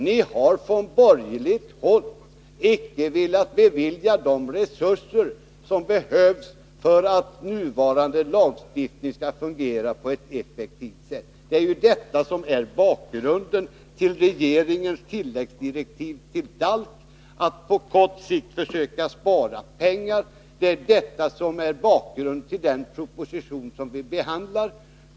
Ni har från borgerligt håll inte velat bevilja de resurser som behövs för att nuvarande lagstiftning skall fungera på ett effektivt sätt. Detta var bakgrunden till regeringens tilläggsdirektiv till DALK att på kort sikt försöka spara. Detta är också bakgrunden till den proposition som vi nu behandlar.